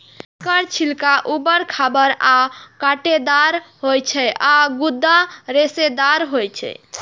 एकर छिलका उबर खाबड़ आ कांटेदार होइ छै आ गूदा रेशेदार होइ छै